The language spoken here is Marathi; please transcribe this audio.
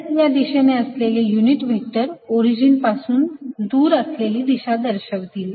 S या दिशेने असलेले युनिट व्हेक्टर ओरिजिन पासून दूर असलेली दिशा दर्शवतील